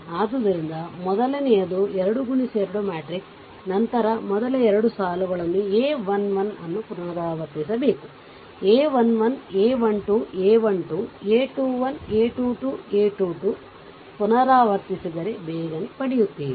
ಆದ್ದರಿಂದ ಮೊದಲನೆಯದು 2 X2 matrix ನಂತರ ಮೊದಲ 2 ಸಾಲುಗಳನ್ನು a 1 1 ಅನ್ನು ಪುನರಾವರ್ತಿಸಬೇಕು a 1 1 a 1 2 a 1 2 a 21 a 2 2 a 2 2 ಪುನರಾವರ್ತಿಸಿದರೆ ಬೇಗನೆ ಪಡೆಯುತ್ತೀರಿ